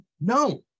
No